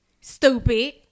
Stupid